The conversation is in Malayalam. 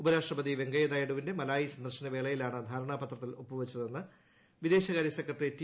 ഉപരാഷ്ട്രപതി വെങ്കയ്യനായിഡുവിന്റെ മലായി സന്ദർശന വേളയിലാണ് ധാരണാപത്രത്തിൽ ഒപ്പുവച്ചതെന്ന് വിദേശകാര്യ സെക്രട്ടറി റ്റി